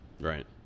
Right